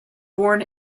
born